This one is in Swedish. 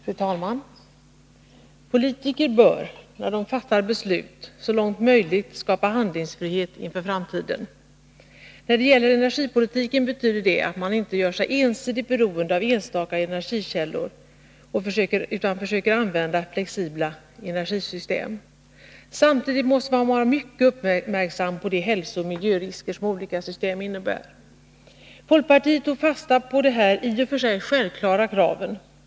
Fru talman! Politiker bör, när de fattar beslut, så långt möjligt skapa handlingsfrihet inför framtiden. När det gäller energipolitiken betyder det att man inte gör sig ensidigt beroende av enstaka energikällor utan i stället försöker använda flexibla energisystem. Samtidigt måste man vara mycket uppmärksam på de hälsooch miljörisker som olika system innebär. Folkpartiet har tagit fasta på de här i och för sig självklara kraven.